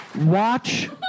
Watch